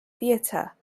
theater